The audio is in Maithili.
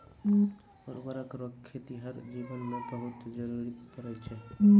उर्वरक रो खेतीहर जीवन मे बहुत जरुरी पड़ै छै